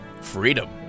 freedom